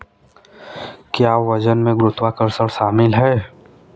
क्या वजन में गुरुत्वाकर्षण शामिल है?